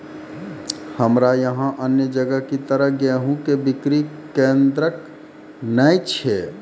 हमरा यहाँ अन्य जगह की तरह गेहूँ के बिक्री केन्द्रऽक नैय छैय?